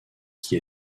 qui